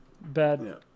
bad